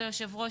כבוד היושב ראש,